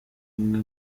umwe